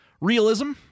realism